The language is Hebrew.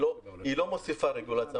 היא לא מוסיפה רגולציה.